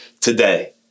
today